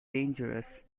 dangerous